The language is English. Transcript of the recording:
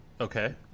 Okay